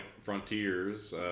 Frontiers